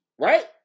right